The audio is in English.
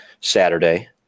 Saturday